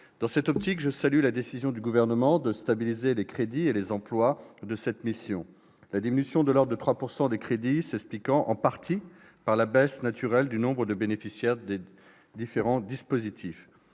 Dans cette optique, je salue la décision du Gouvernement de stabiliser les crédits et les emplois de cette mission, la diminution de l'ordre de 3 % des crédits s'expliquant en partie par la baisse naturelle du nombre de bénéficiaires des différents dispositifs.